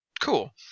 Cool